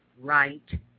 right